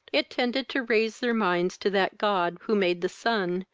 it tended to raise their minds to that god who made the sun,